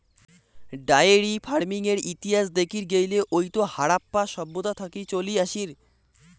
diary ফার্মিংয়ের ইতিহাস দেখির গেইলে ওইতো হারাপ্পা সভ্যতা থাকি চলি আসির